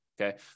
okay